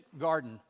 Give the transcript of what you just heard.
garden